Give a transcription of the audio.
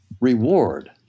reward